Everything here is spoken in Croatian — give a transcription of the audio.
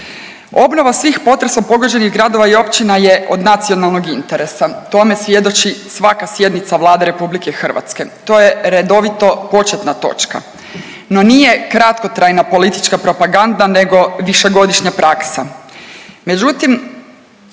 Obnova svih potresom pogođenih gradova i općina je od nacionalnog interesa. Tome svjedoči svaka sjednica Vlade RH, to je redovito početna točka, no nije kratkotrajna politička propaganda nego višegodišnja praksa,